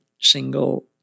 single